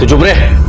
away.